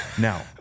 Now